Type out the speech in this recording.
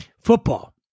Football